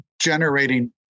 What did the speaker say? generating